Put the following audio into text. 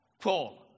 Paul